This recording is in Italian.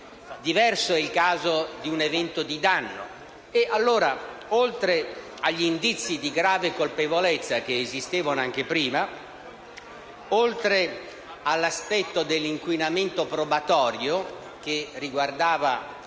Diverso è il caso di un evento di danno. Oltre agli indizi di grave colpevolezza, che esistevano anche prima, oltre all'aspetto dell'inquinamento probatorio, che riguardava